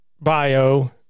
bio